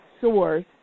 source